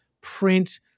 print